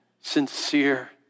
sincere